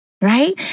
right